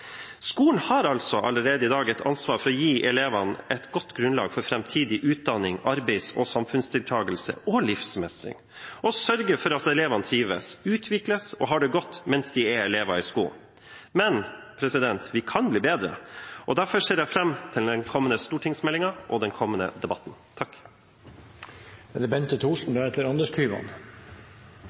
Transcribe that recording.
Skolen har altså allerede i dag et ansvar for å gi elevene et godt grunnlag for framtidig utdanning, arbeids- og samfunnsdeltagelse og ha livsmestring og sørge for at elevene trives, utvikles og har det godt mens de er elever i skolen. Men vi kan bli bedre, og derfor ser jeg fram til den kommende stortingsmeldingen og den kommende debatten. Det er